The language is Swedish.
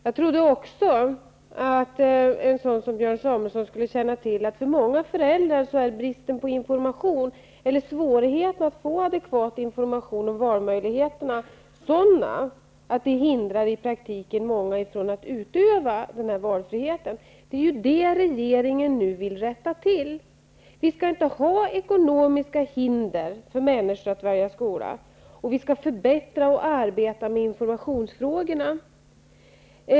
Jag trodde också att Björn Samuelson kände till att för många föräldrar är bristen på information eller svårigheterna att få adekvat information om valmöjligheterna så stora, att det i praktiken hindrar många från att utöva valfriheten. Det är detta regeringen nu vill rätta till. Det skall inte finnas ekonomiska hinder när människor skall välja skola. Vi skall förbättra och arbeta med informationsfrågorna.